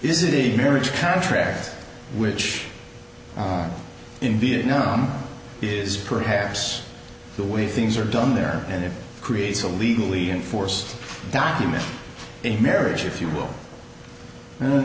it a marriage contract which in vietnam is perhaps the way things are done there and it creates a legally enforced document in marriage if you will